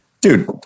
dude